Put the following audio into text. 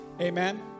Amen